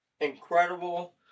incredible